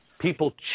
People